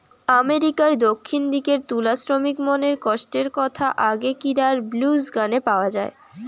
আমেরিকার দক্ষিণ দিকের তুলা শ্রমিকমনকের কষ্টর কথা আগেকিরার ব্লুজ গানে পাওয়া যায়